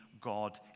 God